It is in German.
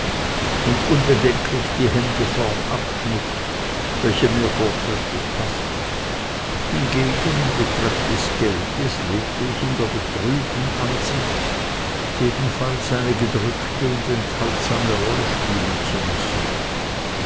und unbedenklich die hände vom abschnitt welche mir vortrefflich paßten hingegen in betreff des geldes lebte ich der betrübten aussicht jedenfalls eine gedrückte und enthaltsame rolle spielen zu müssen